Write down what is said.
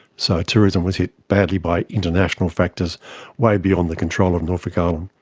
so tourism was hit badly by international factors way beyond the control of norfolk island.